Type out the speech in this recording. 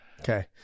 Okay